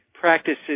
practices